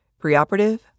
preoperative